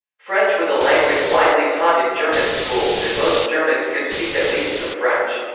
french was a language widely taught in german schools and most germans could speak at least some french.